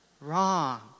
wrong